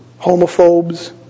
homophobes